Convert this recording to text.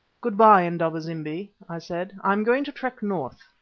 good-bye, indaba-zimbi, i said, i am going to trek north.